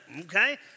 okay